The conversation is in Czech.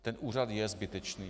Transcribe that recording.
Ten úřad je zbytečný.